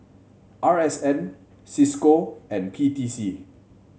R S N Cisco and P T C